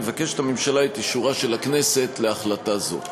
מבקשת הממשלה את אישורה של הכנסת להחלטה זו.